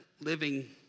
living